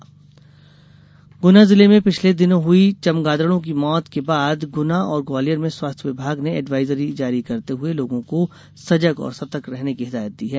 Nipah virus Guna जिले में पिछले दिनों हुई चमगादड़ों की मौत के बाद गुना और ग्वालियर में स्वास्थ्य विभाग ने एडवाइजरी जारी करते हुये लोगो को सजग और सतर्क रहने की हिदायत दी है